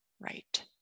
Right